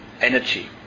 Energy